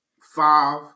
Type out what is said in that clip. five